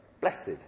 blessed